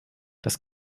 das